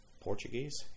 Portuguese